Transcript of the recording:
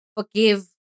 Forgive